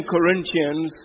Corinthians